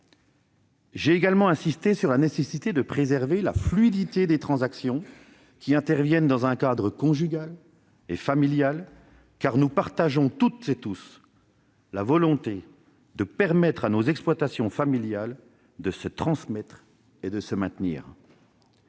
J'ai également insisté sur la nécessité de préserver la fluidité des transactions qui interviennent dans un cadre conjugal et familial, car nous partageons toutes et tous la volonté de permettre à nos exploitations familiales de se transmettre et de se maintenir.